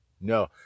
no